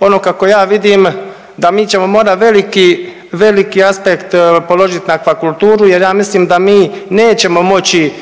ono kako ja vidim da mi ćemo morati veliki aspekt položiti na aquakulturu, jer ja mislim da mi nećemo moći